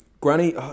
Granny